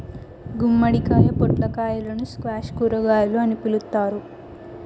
గుమ్మడికాయ, పొట్లకాయలను స్క్వాష్ కూరగాయలు అని పిలుత్తారు